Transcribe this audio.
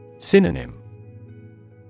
Synonym